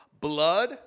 Blood